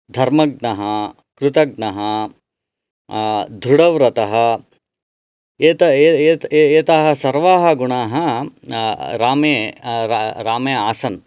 धर्मज्ञः कृतज्ञः दृढव्रतः एत ए ए एत एते सर्वे गुणाः रामे रामे आसन्